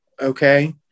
Okay